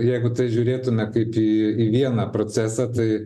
jeigu tai žiūrėtume kaip į į vieną procesą tai